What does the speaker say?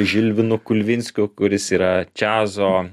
žilvinu kulvinskiu kuris yra čiazo